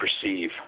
perceive